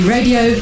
Radio